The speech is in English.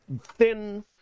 thin